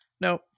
No